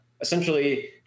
essentially